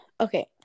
Okay